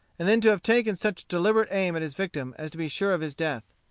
and then to have taken such deliberate aim at his victim as to be sure of his death.